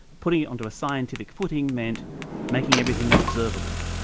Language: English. putting it onto a scientific footing meant making everything observable.